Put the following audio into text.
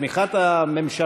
מעביר בתמיכת הממשלה,